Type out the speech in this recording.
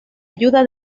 ayuda